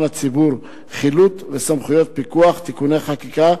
הציבור (חילוט וסמכויות פיקוח) (תיקוני חקיקה),